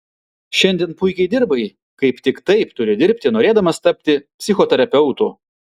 šiandien puikiai dirbai kaip tik taip turi dirbti norėdamas tapti psichoterapeutu